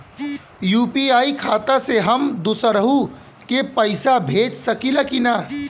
UPI खाता से हम दुसरहु के पैसा भेज सकीला की ना?